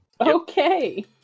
okay